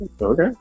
okay